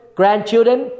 grandchildren